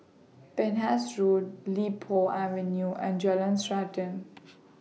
Penhas Road Li Po Avenue and Jalan Srantan